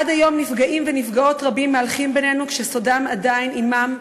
עד היום נפגעים ונפגעות רבים מהלכים בינינו כשסודם עדיין עמם,